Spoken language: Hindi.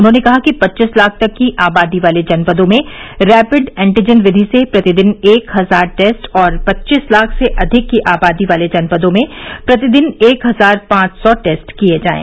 उन्होंने कहा कि पच्चीस लाख तक की आबादी वाले जनपदों में रैपिड एन्टीजन विधि से प्रतिदिन एक हजार टेस्ट और पच्चीस लाख से अधिक की आबादी वाले जनपदों में प्रतिदिन एक हजार पांच सौ टेस्ट किए जाएं